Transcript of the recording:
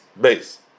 Base